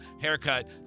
haircut